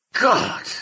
God